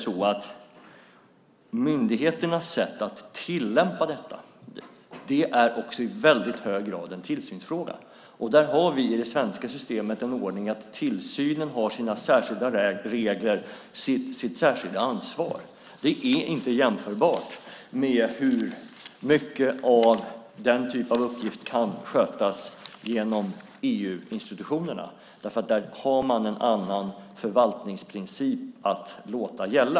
Myndigheternas sätt att tillämpa detta är i hög grad en tillsynsfråga. Där har vi i det svenska systemet ordningen att tillsynen har sina särskilda regler, sitt särskilda ansvar. Det är inte jämförbart med på vilket sätt många av den typen av uppgifter kan skötas genom EU-institutionerna. Där har man en annan förvaltningsprincip.